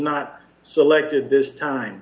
not selected this time